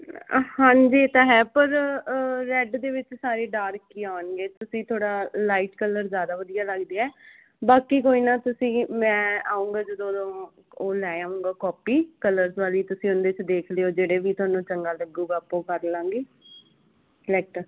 ਹਾਂਜੀ ਇਹ ਤਾਂ ਹੈ ਪਰ ਰੈਡ ਦੇ ਵਿੱਚ ਸਾਰੇ ਡਾਰਕ ਹੀ ਆਉਣਗੇ ਤੁਸੀਂ ਥੋੜ੍ਹਾ ਲਾਈਟ ਕਲਰ ਜ਼ਿਆਦਾ ਵਧੀਆ ਲੱਗਦੀ ਹੈ ਬਾਕੀ ਕੋਈ ਨਾ ਤੁਸੀਂ ਮੈਂ ਆਊਂਗਾ ਜਦੋਂ ਉਹ ਲੈ ਆਊਂਗਾ ਕੋਪੀ ਕਲਰਸ ਵਾਲੀ ਤੁਸੀਂ ਉਹਦੇ 'ਚ ਦੇਖ ਲਿਓ ਜਿਹੜੇ ਵੀ ਤੁਹਾਨੂੰ ਚੰਗਾ ਲੱਗੇਗਾ ਆਪਾਂ ਉਹ ਕਰ ਲਵਾਂਗੇ ਸਿਲੈਕਟ